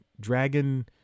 dragon